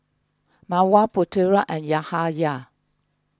Mawar Putera and Yahaya